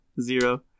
Zero